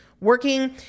working